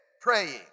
praying